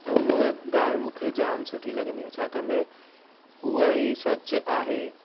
त उहा ॻाल्हि मूंखे जामु सुठी लॻंदी आहे छा कंदे हुअ ई सचु आहे